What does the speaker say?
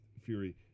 Fury